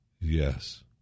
Yes